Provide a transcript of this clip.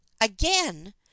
again